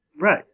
Right